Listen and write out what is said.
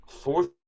fourth